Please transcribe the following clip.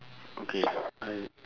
okay I